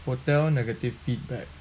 hotel negative feedback